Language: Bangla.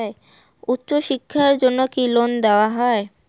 উচ্চশিক্ষার জন্য কি লোন দেওয়া হয়?